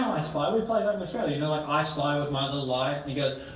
i spy, we play that in australia, you know, like i spy with my little eye. and he goes,